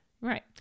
Right